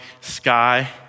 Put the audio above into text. sky